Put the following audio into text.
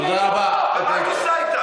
הם היו פה, ומה את עושה איתם?